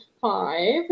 five